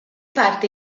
parte